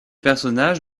personnages